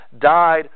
died